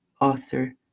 author